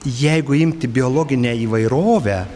jeigu imti biologinę įvairovę